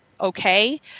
okay